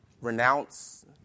renounce